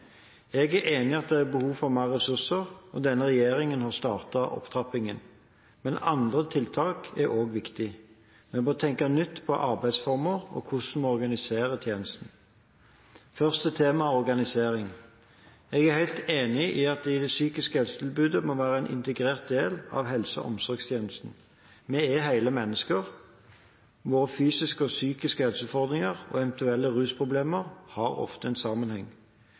Jeg er enig i at det er behov for mer ressurser, og denne regjeringen har startet opptrappingen. Men andre tiltak er også viktige. Vi må tenke nytt om arbeidsformer og hvordan vi organiserer tjenestene. Først til temaet organisering: Jeg er helt enig i at det psykiske tjenestetilbudet må være en integrert del av helse- og omsorgstjenesten. Vi er hele mennesker. Våre fysiske og psykiske helseutfordringer og eventuelle rusproblemer har ofte en sammenheng.